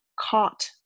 caught